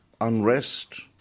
unrest